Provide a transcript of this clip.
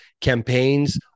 campaigns